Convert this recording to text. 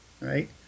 right